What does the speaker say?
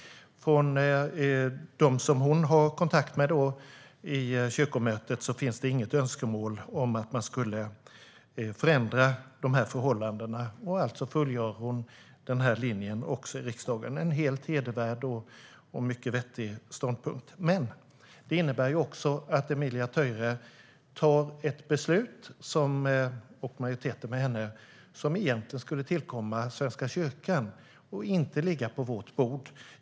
Från dem som hon har haft kontakt med i kyrkomötet finns det inget önskemål om att förändra förhållandena. Alltså fullgör hon linjen också i riksdagen. Det är en helt hedervärd och mycket vettig ståndpunkt. Det innebär också att Emilia Töyrä, och majoriteten med henne, fattar ett beslut som egentligen skulle tillkomma Svenska kyrkan och inte ligga på vårt bord.